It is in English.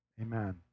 Amen